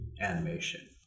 animation